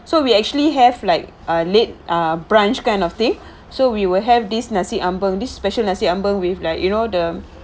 so we actually have like ah late ah brunch kind of thing so we will have this nasi ambeng this special nasi ambeng with like you know the